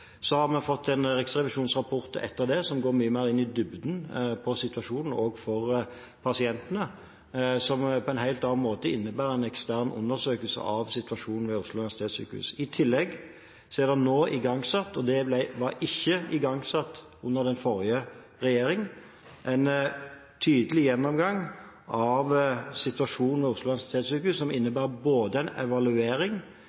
Så har vi fått en riksrevisjonsrapport etter det, som går mye mer i dybden på situasjonen – også situasjonen for pasientene, og som på en helt annen måte innebærer en ekstern undersøkelse av situasjonen ved Oslo universitetssykehus. I tillegg er det nå igangsatt – og det ble ikke igangsatt under den forrige regjeringen – en tydelig gjennomgang av situasjonen ved Oslo universitetssykehus, som